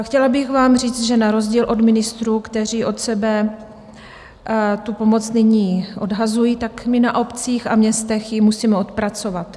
Chtěla bych vám říct, že na rozdíl od ministrů, kteří od sebe tu pomoc nyní odhazují, my na obcích a městech ji musíme odpracovat.